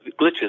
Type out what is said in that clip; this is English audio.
glitches